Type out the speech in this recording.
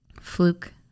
fluke